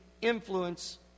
influence